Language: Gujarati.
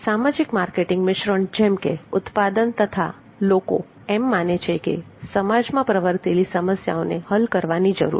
સામાજિક માર્કેટિંગ મિશ્રણ જેમ કે ઉત્પાદન તથા લોકો એમ માને છે કે સમાજમાં પ્રવર્તેલી સમસ્યાઓને હલ કરવાની જરૂર છે